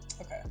Okay